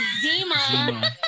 Zima